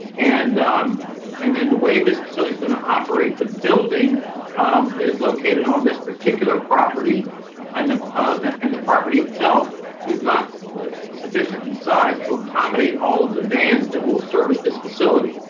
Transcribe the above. and and then the way this facility is gonna operate, the building um that is located on this particular property and the and the property itself is not sufficient in size to accommodate all of the vans that will service this facility.